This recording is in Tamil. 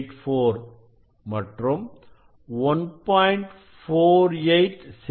6584 மற்றும் 1